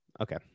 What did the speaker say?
Okay